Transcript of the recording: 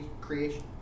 creation